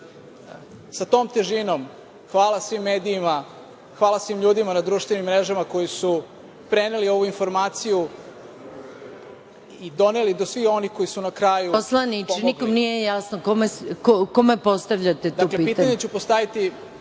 Sa tom težinom hvala svim medijima, hvala svim ljudima na društvenim mrežama koji su preneli ovu informaciju i doneli da svi oni koji su na kraju pomogli… **Maja Gojković** Poslaniče, nikom nije jasno kome postavljate to pitanje.